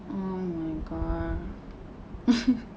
oh my god